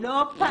לא נכונים.